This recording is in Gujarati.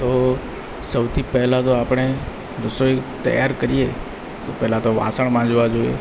તો સૌથી પહેલા તો આપણે રસોઈ તૈયાર કરીએ તો પહેલાં તો વાસણ માંજવા જોઈએ